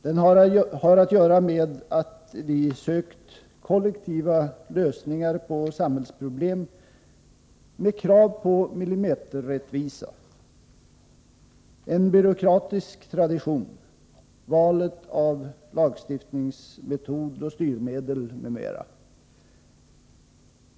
Den har att göra med att vi sökt kollektiva lösningar på samhällsproblem, med krav på millimeterrättvisa, en byråkratisk tradition, valet av lagstiftningsmetod och styrmedel m.m.